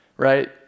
right